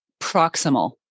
proximal